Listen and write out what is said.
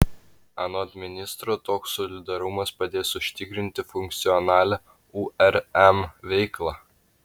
anot ministro toks solidarumas padės užtikrinti funkcionalią urm veiklą